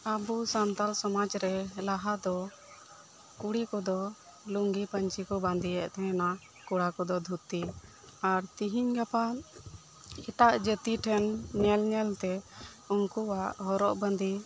ᱟᱵᱚ ᱥᱟᱱᱛᱟᱲ ᱥᱚᱢᱟᱡᱽ ᱨᱮ ᱞᱟᱦᱟ ᱫᱚ ᱠᱩᱲᱤ ᱠᱚᱫᱚ ᱞᱩᱝᱜᱤ ᱯᱟᱧᱪᱤ ᱠᱚ ᱵᱟᱸᱫᱮᱭᱮᱫ ᱛᱟᱦᱮᱱᱟ ᱠᱚᱲᱟ ᱠᱚᱫᱚ ᱫᱷᱩᱛᱤ ᱟᱨ ᱛᱤᱦᱤᱧ ᱜᱟᱯᱟ ᱮᱴᱟᱜ ᱡᱟᱛᱤ ᱴᱷᱮᱱ ᱧᱮᱞ ᱧᱮᱞᱛᱮ ᱩᱱᱠᱩᱣᱟᱜ ᱦᱚᱨᱚᱜ ᱵᱟᱸᱫᱮ